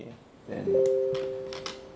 okay then